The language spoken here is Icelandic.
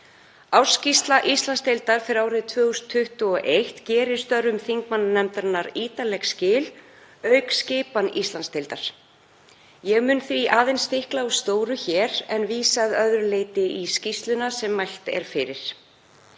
Ársskýrsla Íslandsdeildar fyrir árið 2021 gerir störfum þingmannanefndarinnar ítarleg skil auk skipan Íslandsdeildar. Ég mun því aðeins stikla á stóru, en vísa að öðru leyti í skýrsluna sem mælt er fyrir.